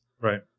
Right